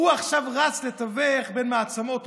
הוא עכשיו רץ לתווך בין מעצמות עולם.